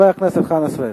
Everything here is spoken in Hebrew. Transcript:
חבר הכנסת חנא סוייד.